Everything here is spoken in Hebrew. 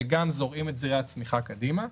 וגם זורעים את זרעי הצמיחה קדימה.